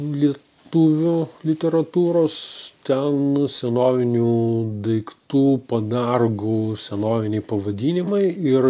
lietuvių literatūros ten senovinių daiktų padargų senoviniai pavadinimai ir